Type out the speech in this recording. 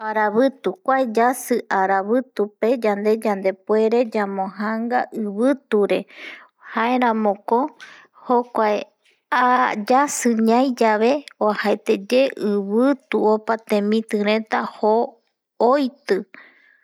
Aravɨtu kuae yasi yanede yandepuere yamo janga iviture jaeramoko jokuae yasui ñai yave uajaete ye ivitu opa temiti reta joo oitɨ